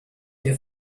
wir